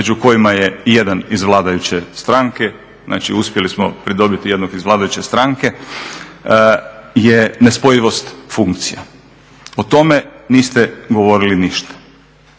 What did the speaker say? među kojima je i jedan iz vladajuće stranke, znači uspjeli smo pridobiti jednog iz vladajuće stranke, je nespojivost funkcija. O tome niste govorili ništa.